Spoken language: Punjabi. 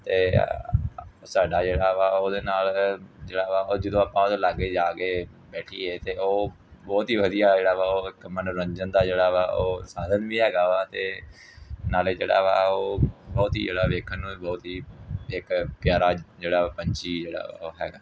ਅਤੇ ਸਾਡਾ ਜਿਹੜਾ ਵਾ ਉਹਦੇ ਨਾਲ ਜਿਹੜਾ ਵਾ ਜਦੋਂ ਆਪਾਂ ਉਹਦੇ ਲਾਗੇ ਜਾ ਕੇ ਬੈਠੀਏ ਤਾਂ ਉਹ ਬਹੁਤ ਹੀ ਵਧੀਆ ਜਿਹੜਾ ਵਾ ਉਹ ਇੱਕ ਮਨੋਰੰਜਨ ਦਾ ਜਿਹੜਾ ਵਾ ਉਹ ਸਾਧਨ ਵੀ ਹੈਗਾ ਵਾ ਅਤੇ ਨਾਲ ਜਿਹੜਾ ਵਾ ਉਹ ਬਹੁਤ ਹੀ ਜਿਹੜਾ ਵੇਖਣ ਨੂੰ ਵੀ ਬਹੁਤ ਹੀ ਇੱਕ ਪਿਆਰਾ ਜਿਹੜਾ ਪੰਛੀ ਜਿਹੜਾ ਉਹ ਹੈਗਾ